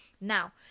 Now